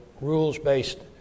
rules-based